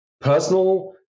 Personal